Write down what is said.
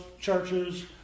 churches